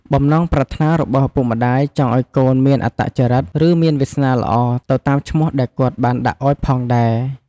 បំណងប្រាថ្នារបស់ឪពុកម្តាយចង់ឲ្យកូនមានអត្តចរឹក ឬមានវាសនាល្អ ទៅតាមឈ្មោះដែលគាត់បានដាក់ឲ្យផងដែរ។